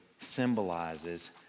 symbolizes